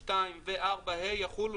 (2) ו-(4)(ה) יחול,